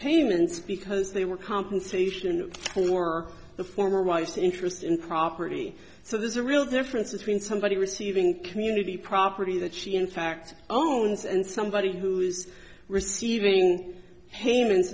payments because they were compensation for the former wife's interest in property so there's a real difference between somebody receiving community property that she in fact own and somebody who is receiving payments